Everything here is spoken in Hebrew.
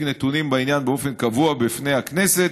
נתונים בעניין באופן קבוע בפני הכנסת,